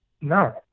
No